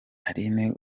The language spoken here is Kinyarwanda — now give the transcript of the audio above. aline